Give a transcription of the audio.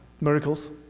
miracles